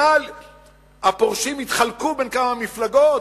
הפורשים יתחלקו בין כמה מפלגות,